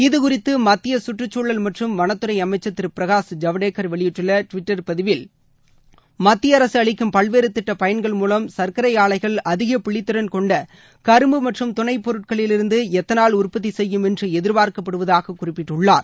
இதுகுறித்துமத்தியசுற்றுச்சூழல் வனத்துறைஅமைச்சர் மற்றம் திருபிரகாஷ் ஐவடேக்கர் வெளியிட்டுள்ளடிவிட்டர் பதிவில் மத்தியஅரகஅளிக்கும் பல்வேறுதிட்டபயன்கள் மூலம் சர்க்கரைஆலைகள் அதிகபிழித்திறன் கொண்டகரும்பு மற்றும் துணைப்பொருட்களிலிருந்துஎத்தனால் உற்பத்திசெய்யும் என்றுஎதிர்ப்பார்க்கப்படுவதாககுறிப்பிட்டுள்ளார்